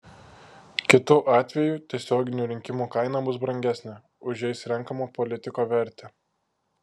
kitu atveju tiesioginių rinkimų kaina bus brangesnė už jais renkamo politiko vertę